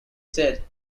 said